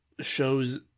shows